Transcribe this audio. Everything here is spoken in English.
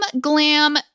glam